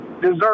deserve